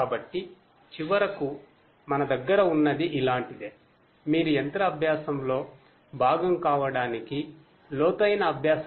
కాబట్టి ఇది AI versus లో భాగం